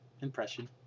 impression